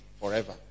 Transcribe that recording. forever